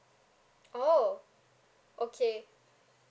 oh okay